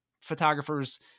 photographers